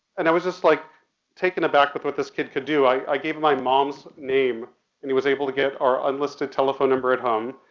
and i was just like taken aback with what this kid could do. i, i gave him my mom's name and he was able to get our unlisted telephone number at home.